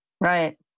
right